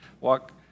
walk